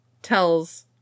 tells